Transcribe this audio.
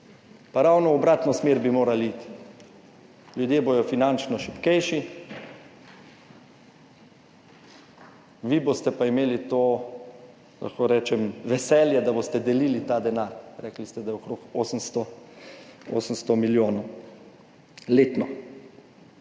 Pa ravno v obratno smer bi morali iti. Ljudje bodo finančno šibkejši, vi boste pa imeli to, lahko rečem, veselje, da boste delili ta denar. Rekli ste, da je okrog 800 milijonov letno.